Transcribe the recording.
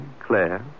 Claire